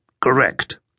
Correct